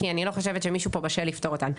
כי אני לא חושבת שמישהו פה בשל לפתור אותן.